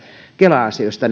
kela asioista